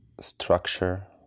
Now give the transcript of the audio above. structure